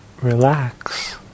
relax